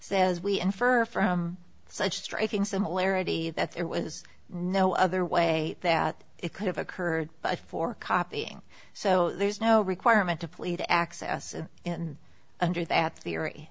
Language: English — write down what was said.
says we infer from such striking similarity that it was no other way that it could have occurred but for copying so there's no requirement to plead to access and under the at theory